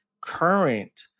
current